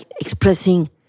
expressing